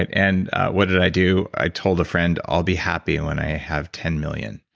and and what did i do? i told a friend, i'll be happy when i have ten million,